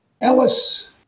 Ellis